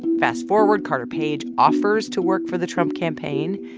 fast forward. carter page offers to work for the trump campaign.